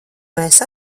mēs